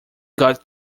got